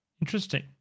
Interesting